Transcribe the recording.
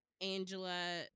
Angela